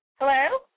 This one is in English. Hello